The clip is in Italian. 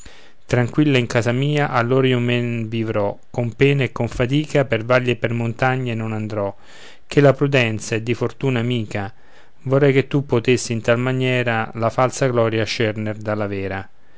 tranquilla in casa mia allora io men vivrò con pena e con fatica per valli e per montagne non andrò ché la prudenza è di fortuna amica vorrei che tu potessi in tal maniera la falsa gloria scerner dalla vera